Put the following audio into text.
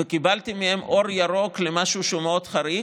וקיבלתי מהם אור ירוק למשהו שהוא מאוד חריג,